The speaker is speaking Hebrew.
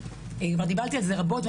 דיברתי על זה רבות,